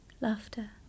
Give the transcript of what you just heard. laughter